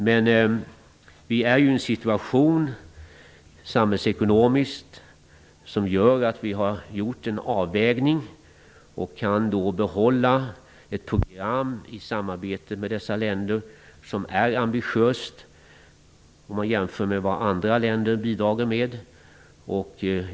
Men vi befinner oss i en samhällsekonomisk situation som gör att vi har gjort en avvägning och därmed kan behålla ett program i samarbete med dessa länder som är ambitiöst jämfört med vad andra länder bidrar med.